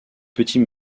petit